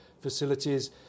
facilities